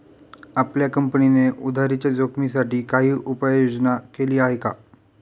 आपल्या कंपनीने उधारीच्या जोखिमीसाठी काही उपाययोजना केली आहे का?